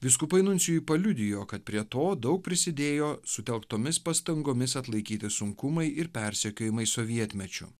vyskupai nuncijui paliudijo kad prie to daug prisidėjo sutelktomis pastangomis atlaikyti sunkumai ir persekiojimai sovietmečiu